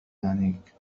يعنيك